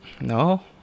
No